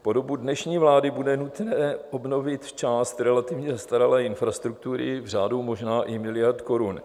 Po dobu dnešní vlády bude nutné obnovit část relativně zastaralé infrastruktury v řádu možná i miliard korun.